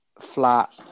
flat